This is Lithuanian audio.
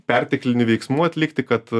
perteklinių veiksmų atlikti kad